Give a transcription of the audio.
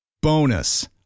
Bonus